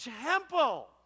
temple